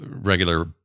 regular